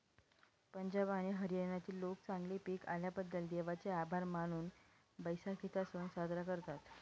पंजाब आणि हरियाणातील लोक चांगले पीक आल्याबद्दल देवाचे आभार मानून बैसाखीचा सण साजरा करतात